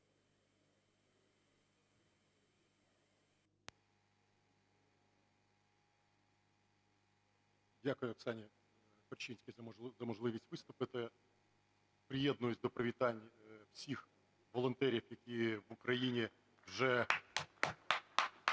Дякую Оксані Корчинській за можливість виступити. Приєднуюсь до привітань всіх волонтерів, які в Україні вже